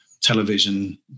television